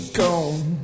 gone